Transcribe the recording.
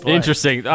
Interesting